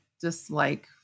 dislike